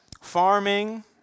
farming